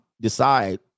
decide